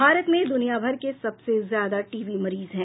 भारत में दुनिया भर के सबसे ज्यादा टीबी मरीज हैं